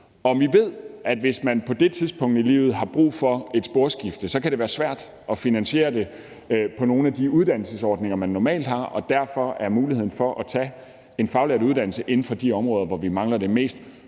Og vi ved, at hvis man på det tidspunkt i livet har brug for et sporskifte, kan det være svært at finansiere det på nogle af de uddannelsesordninger, man normalt har. Derfor er muligheden for at tage en faglært uddannelse inden for de områder, hvor vi mangler mest